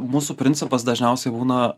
mūsų principas dažniausiai būna